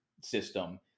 system